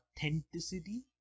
authenticity